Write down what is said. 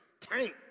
tank